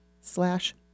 slash